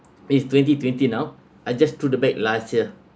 it's twenty twenty now I just threw the bag last year